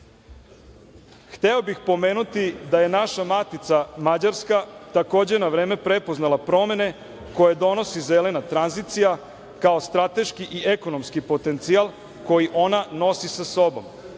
evra. Hteo bih pomenuti da je naša matica Mađarska takođe na vreme prepoznala promene koje donosi zelena tranzicija kao strateški i ekonomski potencijal koji ona nosi sa sobom.